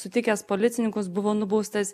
sutikęs policininkus buvo nubaustas